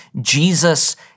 Jesus